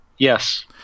yes